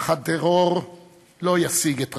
אך הטרור לא יסיג את רגלנו,